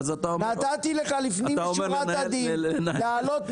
נתתי לך לפנים משורת הדין להעלות נושא.